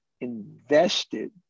invested